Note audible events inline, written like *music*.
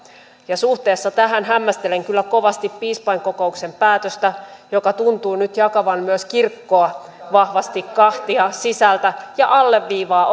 suhteessa tähän hämmästelen kyllä kovasti piispainkokouksen päätöstä joka tuntuu nyt jakavan myös kirkkoa vahvasti kahtia sisältä ja alleviivaa *unintelligible*